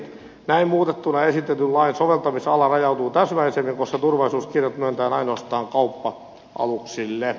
näin muutettuna esitetyn lain soveltamisala rajautuu täsmällisemmin koska turvallisuuskirjat myönnetään ainoastaan kauppa aluksille